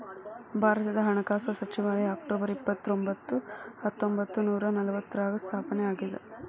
ಭಾರತದ ಹಣಕಾಸು ಸಚಿವಾಲಯ ಅಕ್ಟೊಬರ್ ಇಪ್ಪತ್ತರೊಂಬತ್ತು ಹತ್ತೊಂಬತ್ತ ನೂರ ನಲವತ್ತಾರ್ರಾಗ ಸ್ಥಾಪನೆ ಆಗ್ಯಾದ